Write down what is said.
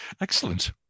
excellent